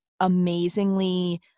amazingly